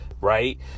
right